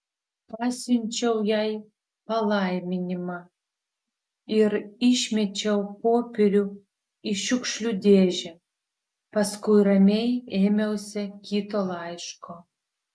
pasiunčiau jai palaiminimą ir išmečiau popierių į šiukšlių dėžę paskui ramiai ėmiausi kito laiško